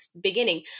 beginning